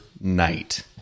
night